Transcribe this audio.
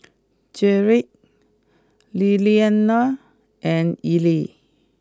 Gearld Lilianna and Eli